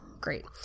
Great